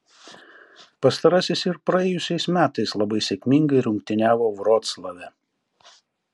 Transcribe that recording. pastarasis ir praėjusiais metais labai sėkmingai rungtyniavo vroclave